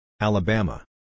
Alabama